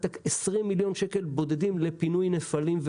20 מיליון שקלים בודדים לפינוי נפלים.